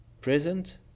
present